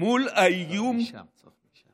ישיב השר מתן